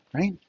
Right